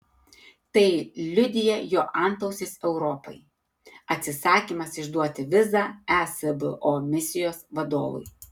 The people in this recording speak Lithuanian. tai liudija jo antausis europai atsisakymas išduoti vizą esbo misijos vadovui